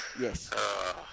Yes